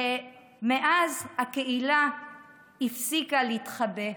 ומאז הקהילה הפסיקה להתחבא.